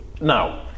Now